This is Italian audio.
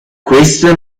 questo